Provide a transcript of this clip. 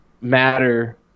matter